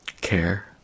care